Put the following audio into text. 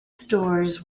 stores